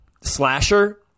slasher